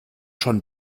schon